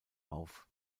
auf